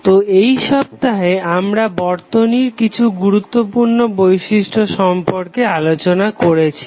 তো এই সপ্তাহে আমরা বর্তনীর কিছু গুরুত্বপূর্ণ বৈশিষ্ট্য সম্পর্কে আলোচনা করেছি